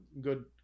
good